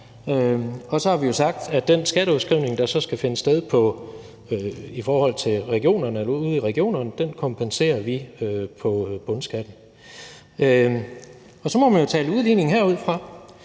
Og så har vi jo sagt, at den skatteudskrivning, der så skal finde sted ude i regionerne, kompenserer vi på skatten. Så må man jo tale udligning derudfra.